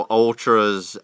ultras